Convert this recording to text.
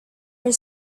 were